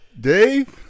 Dave